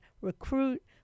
recruit